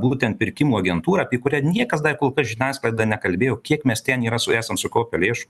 būtent pirkimų agentūra apie kurią niekas dar kol kas žiniasklaida nekalbėjo kiek mes ten yra su esam sukaupę lėšų